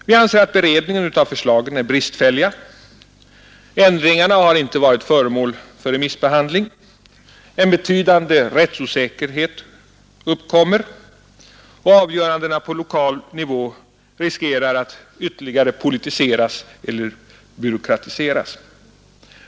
Vi anser att beredningen av förslagen är bristfällig, ändringarna har inte varit föremål för remissbehandling, en betydande rättsosäkerhet uppkommer och avgörandena på lokal nivå riskerar att ytterligare politiseras eller byråkratiseras.